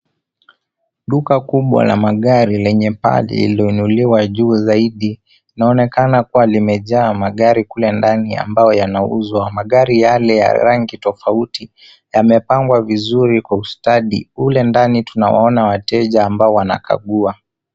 Duka kubwa la magari lenye paa lililoinuliwa juu zaidi. Inaonekana kuwa limejaa magari kule ndani ambayo yanauzwa. Magari yale ya rangi tofauti yamepangwa vizuri kwa ustadi. Kule ndani tunaona wateja ambao wanakagua.